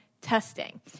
testing